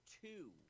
two